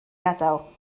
gadael